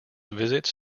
visits